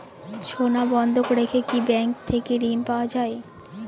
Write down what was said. সোনা বন্ধক রেখে কি ব্যাংক থেকে ঋণ পাওয়া য়ায়?